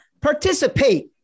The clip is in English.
Participate